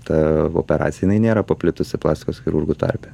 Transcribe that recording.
ta operacija jinai nėra paplitusi plastikos chirurgų tarpe